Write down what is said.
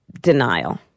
denial